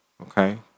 Okay